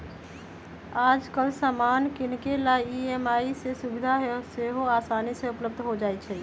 याजकाल समान किनेके लेल ई.एम.आई के सुभिधा सेहो असानी से उपलब्ध हो जाइ छइ